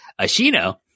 Ashino